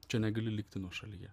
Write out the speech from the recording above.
čia negali likti nuošalyje